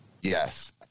Yes